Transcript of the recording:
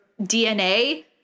DNA